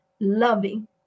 Loving